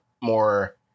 more